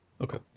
Okay